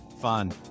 fun